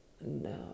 no